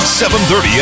7.30